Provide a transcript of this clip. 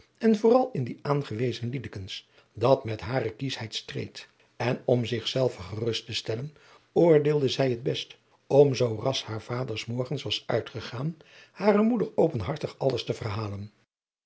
en vooral in die aangewezen liedekens dat met hare kieschheid streed en om zich zelve gerust te stellen oordeelde zij het best om zoo ras haar vader s morgens was uitgegaan hare moeder openhartig alles te verhalen